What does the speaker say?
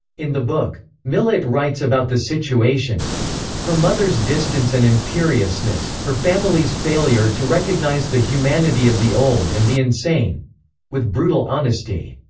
in the book, millett writes about the situation her mother's distance and imperiousness, her family's failure to recognize the humanity of the old and the insane with brutal honesty.